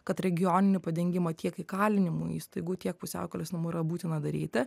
kad regioninį padengimą tiek įkalinimų įstaigų tiek pusiaukelės namų yra būtina daryti